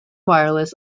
wireless